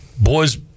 Boys